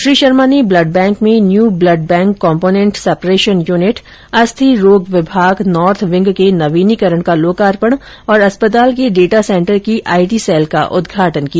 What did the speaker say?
श्री शर्मा ने blood bank में new blood bank component separation unit अस्थि रोग विभाग नार्थ विंग के नवीनीकरण का लोकार्पण तथा अस्पताल के डेटा सेंटर की आई टी सेल का उद्घाटन किया